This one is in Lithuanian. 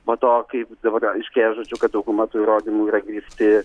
po to kaip dabar aiškėja žodžiu kad dauguma tų įrodymų yra grįsti